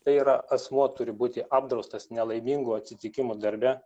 tai yra asmuo turi būti apdraustas nelaimingų atsitikimų darbe